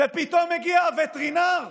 ופתאום מגיע הווטרינר,